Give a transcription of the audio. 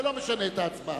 ולא משנה את ההצבעה.